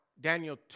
Daniel